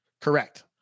correct